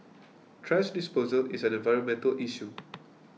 thrash disposal is an environmental issue